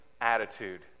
attitude